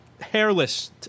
hairless